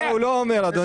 לא, הוא לא אומר אדוני.